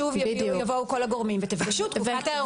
שוב יבואו כל הגורמים ותבקשו תקופת היערכות.